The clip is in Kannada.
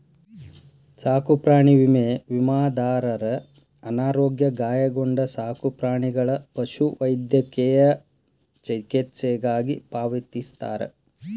ಸಾಕುಪ್ರಾಣಿ ವಿಮೆ ವಿಮಾದಾರರ ಅನಾರೋಗ್ಯ ಗಾಯಗೊಂಡ ಸಾಕುಪ್ರಾಣಿಗಳ ಪಶುವೈದ್ಯಕೇಯ ಚಿಕಿತ್ಸೆಗಾಗಿ ಪಾವತಿಸ್ತಾರ